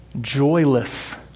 joyless